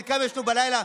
חלקם ישנו בלילה,